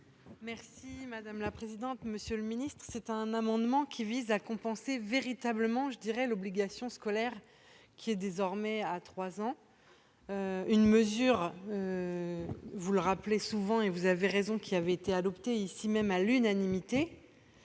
Merci madame la présidente, monsieur le Ministre, c'est un amendement qui vise à compenser véritablement je dirais l'obligation scolaire qui est désormais à 3 ans une mesure, vous le rappelez souvent et vous avez raison, qui avait été adopté ici-même à l'unanimité,